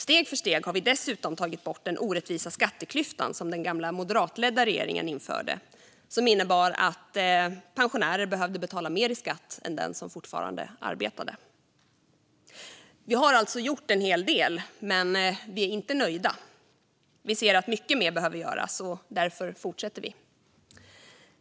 Steg för steg har vi dessutom tagit bort den orättvisa skatteklyftan som den gamla moderatledda regeringen införde, som innebar att pensionärer behövde betala mer i skatt än den som fortfarande arbetade. Vi har alltså gjort en hel del, men vi är inte nöjda. Vi ser att mycket mer behöver göras, och därför fortsätter vi.